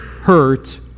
hurt